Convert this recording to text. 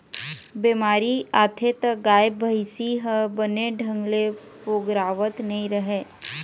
बेमारी आथे त गाय, भइसी ह बने ढंग ले पोगरावत नइ रहय